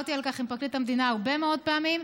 ודיברתי על כך עם פרקליט המדינה הרבה מאוד פעמים,